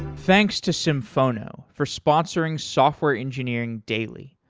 thanks to symphono for sponsoring software engineering daily.